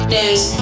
News